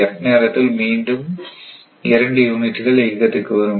F நேரத்தில் மீண்டும் 2 யூனிட்டுகள் இயக்கத்திற்கு வரும்